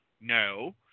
No